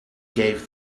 gave